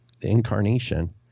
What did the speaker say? incarnation –